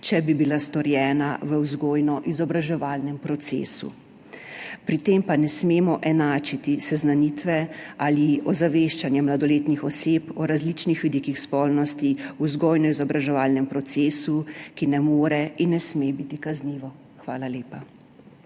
če bi bila storjena v vzgojno-izobraževalnem procesu, pri tem pa ne smemo enačiti seznanitve ali ozaveščanja mladoletnih oseb o različnih vidikih spolnosti v vzgojno-izobraževalnem procesu, ki ne more in ne sme biti kaznivo. Hvala lepa.